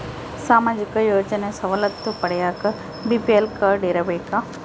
ಸಾಮಾಜಿಕ ಯೋಜನೆ ಸವಲತ್ತು ಪಡಿಯಾಕ ಬಿ.ಪಿ.ಎಲ್ ಕಾಡ್೯ ಇರಬೇಕಾ?